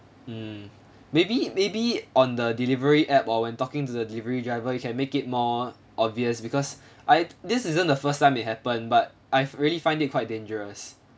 mm maybe maybe on the delivery app or when talking to the delivery driver you can make it more obvious because I this isn't the first time it happened but I really find it quite dangerous